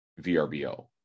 vrbo